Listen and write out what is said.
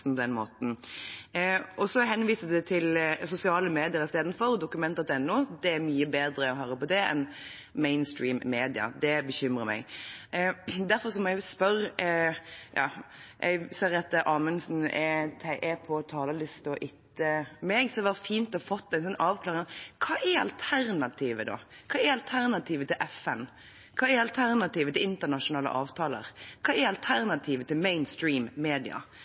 pressen på den måten. Det henvises til sosiale medier isteden og til Dokument.no. – det er mye bedre å høre på det enn på mainstream-media. Det bekymrer meg. Derfor må jeg spørre – jeg ser at representanten Amundsen er på talerlisten etter meg, så det hadde vært fint å få en avklaring: Hva er alternativet? Hva er alternativet til FN? Hva er alternativet til internasjonale avtaler? Hva er alternativet til